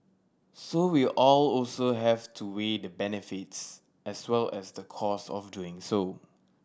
so we'll also have to weigh the benefits as well as the cost of doing so